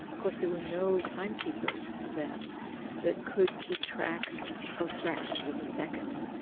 course there were no timekeepers then that could keep track of fractions of a second.